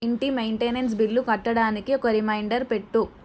ఇంటి maintenance bill కట్టడానికి ఒక రిమైండర్ పెట్టు